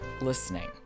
listening